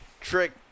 Trick